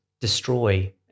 destroy